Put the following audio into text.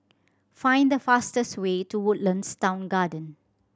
find the fastest way to Woodlands Town Garden